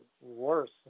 worse